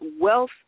wealth